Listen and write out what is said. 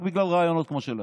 רק בגלל רעיונות כמו שלכם.